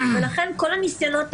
ואני אומרת לך, הינה אני מציבה בפניך